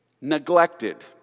neglected